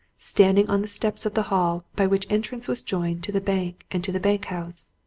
standing on the steps of the hall by which entrance was joined to the bank and to the bank-house.